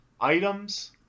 items